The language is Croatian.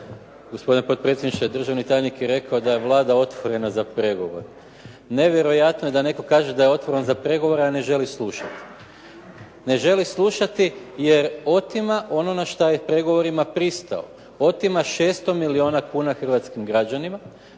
gospodine potpredsjedniče. Državni tajnik je rekao da je Vlada otvorena za pregovore. Nevjerojatno je da netko kaže da je otvoren za pregovore a ne želi slušati. Ne želi slušati jer otima ono na šta je pregovorima pristao, otima 600 milijuna kuna hrvatskim građanima